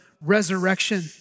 resurrection